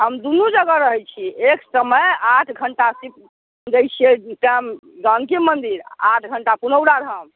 हम दुनू जगह रहै छी एक समय आठ घण्टा सिर्फ दै छियै टाइम जानकी मन्दिर आठ घण्टा पुनौराधाम